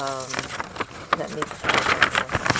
err let me see